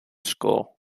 school